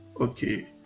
okay